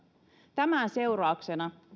tämän seurauksena